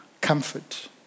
comfort